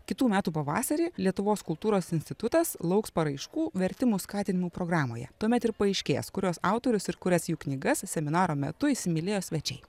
kitų metų pavasarį lietuvos kultūros institutas lauks paraiškų vertimų skatinimų programoje tuomet ir paaiškės kuriuos autorius ir kurias jų knygas seminaro metu įsimylėjo svečiai